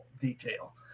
detail